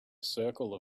circle